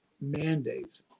mandates